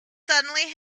suddenly